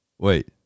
Wait